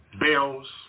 bills